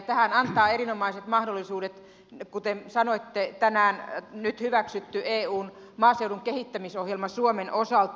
tähän antaa erinomaiset mahdollisuudet kuten sanoitte tänään nyt hyväksytty eun maaseudun kehittämisohjelma suomen osalta